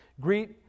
Greet